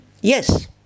Yes